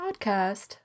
Podcast